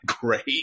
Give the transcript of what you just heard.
great